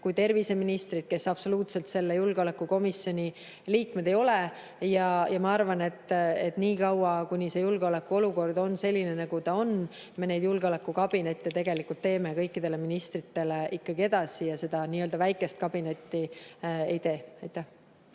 ka terviseministrit, kes absoluutselt selle julgeolekukomisjoni liikmed ei ole. Ma arvan, et niikaua, kuni julgeolekuolukord on selline, nagu ta on, me neid julgeolekukabinette teeme kõikidele ministritele ikkagi edasi ja seda nii‑öelda väikest kabinetti ei tee. Aitäh!